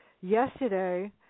yesterday